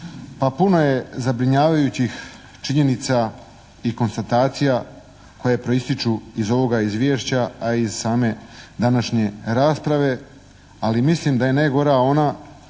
Pa puno je zabrinjavajućih činjenica i konstatacija koje proističu iz ovoga Izvješća, a i iz same današnje rasprave, ali mislim da je najgora ona